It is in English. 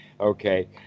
okay